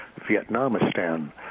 Vietnamistan